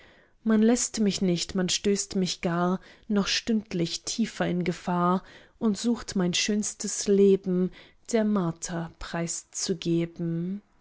man läßt mich nicht man stößt mich gar noch stündlich tiefer in gefahr und sucht mein schönstes leben der marter preiszugeben